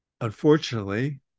unfortunately